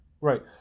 Right